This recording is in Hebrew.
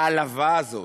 ההעלבה הזאת,